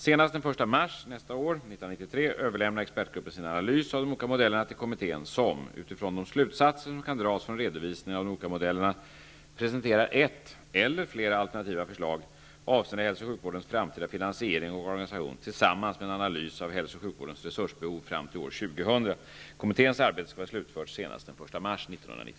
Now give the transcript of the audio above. Senast den 1 mars 1993 överlämnar expertgruppen sin analys av de olika modellerna till kommittén som, utifrån de slutsatser som kan dras från redovisningen av de olika modellerna, presenterar ett eller flera alternativa förslag avseende hälsooch sjukvårdens framtida finansiering och organisation tillsammans med en analys av hälsooch sjukvårdens resursbehov fram till år 2000. Kommitténs arbete skall vara slutfört senast den 1